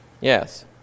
Yes